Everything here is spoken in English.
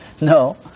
No